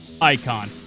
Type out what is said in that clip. icon